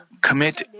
commit